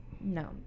No